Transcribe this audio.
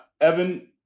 Evan